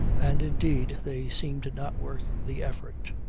and indeed they seemed not worth the effort.